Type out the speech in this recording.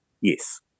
Yes